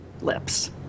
lips